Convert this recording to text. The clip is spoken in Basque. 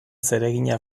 zeregina